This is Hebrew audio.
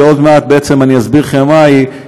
שעוד מעט בעצם אני אסביר לכם מהי,